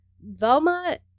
Velma